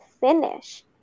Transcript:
finish